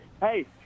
Hey